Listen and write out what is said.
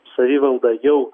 savivalda jau